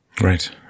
Right